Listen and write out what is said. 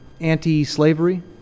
anti-slavery